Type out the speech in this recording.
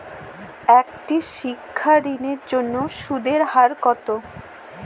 একটি শিক্ষা ঋণের জন্য সুদের হার কত?